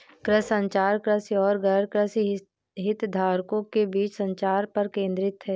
कृषि संचार, कृषि और गैरकृषि हितधारकों के बीच संचार पर केंद्रित है